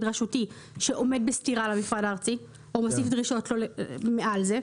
רשותי שעומד בסתירה למפרט הארצי או מוסיף דרישות מעל זה,